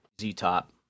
Z-Top